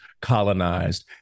colonized